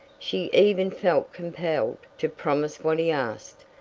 she even felt compelled to promise what he asked,